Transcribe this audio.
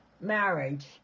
marriage